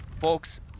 folks